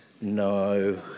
no